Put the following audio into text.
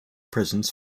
prisons